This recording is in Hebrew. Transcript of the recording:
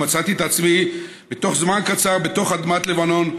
ומצאתי את עצמי בתוך זמן קצר בתוך אדמת לבנון,